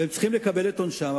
והם צריכים לקבל את עונשם,